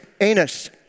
Anus